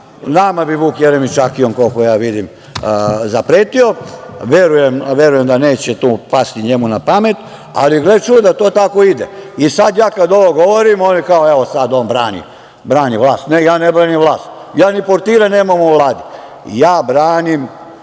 Nama bi Vuk Jeremić „čakijom“, koliko ja vidim, zapretio. Verujem da to neće njemu pasti na pamet, ali, gle čuda, to tako ide. Sad kad ja ovo govorim, oni kao, evo, sad on brani vlast. Ne, ja ne branim vlast. Ja ni portira nemam u Vladi. Ja branim